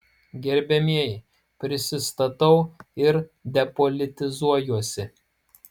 gerbiamieji prisistatau ir depolitizuojuosi